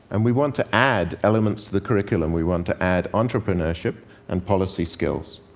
and we want to add elements to the curriculum. we want to add entrepreneurship and policy skills.